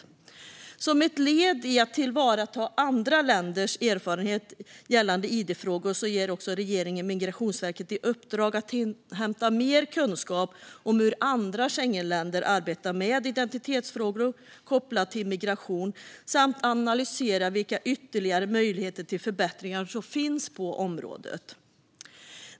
Som ett led i att tillvarata andra länders erfarenheter gällande id-frågor ger regeringen Migrationsverket i uppdrag att inhämta mer kunskap om hur andra Schengenländer arbetar med identitetsfrågor kopplat till migration samt analysera vilka ytterligare möjligheter till förbättringar som finns på området.